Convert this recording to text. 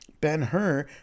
Ben-Hur